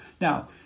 Now